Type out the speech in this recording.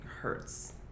hurts